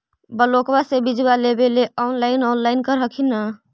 ब्लोक्बा से बिजबा लेबेले ऑनलाइन ऑनलाईन कर हखिन न?